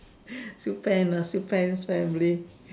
still pend ah still pen's family